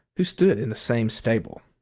who stood in the same stable.